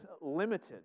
limited